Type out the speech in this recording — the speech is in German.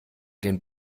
den